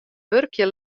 wurkje